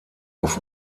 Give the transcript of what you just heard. auf